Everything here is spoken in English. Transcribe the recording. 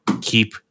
keep